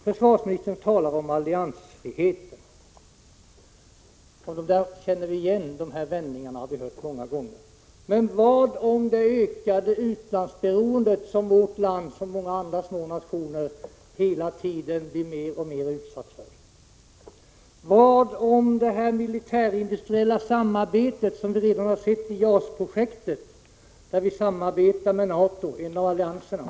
Försvarsministern talade om alliansfriheten — det känner vi igen; de vändningarna har vi ju hört många gånger. Men vad är att säga om det ökade utlandsberoendet, som vårt land liksom många andra små nationer hela tiden blir mer och mer utsatt för? Vad är att säga om det militärindustriella samarbetet, som vi redan har sett i JAS-projektet, där vi samarbetar med NATO, en av allianserna?